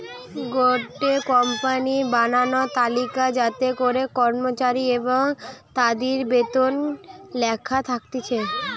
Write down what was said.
গটে কোম্পানির বানানো তালিকা যাতে করে কর্মচারী এবং তাদির বেতন লেখা থাকতিছে